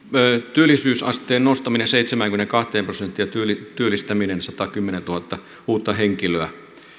työllisyysasteen nostaminen seitsemäänkymmeneenkahteen prosenttiin ja työllistäminen satakymmentätuhatta uutta henkilöä